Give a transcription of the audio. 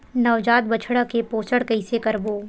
नवजात बछड़ा के पोषण कइसे करबो?